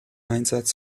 einsatz